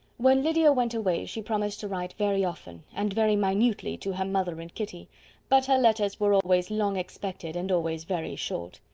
when lydia went away she promised to write very often and very minutely like to her mother and kitty but her letters were always long expected, and always very short.